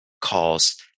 calls